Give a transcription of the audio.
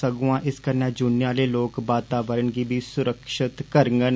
सगुआं इस कन्नै जुड़ने आहले लोक वातावरण गी बी सुरिक्षत करगंन